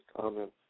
comments